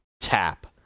tap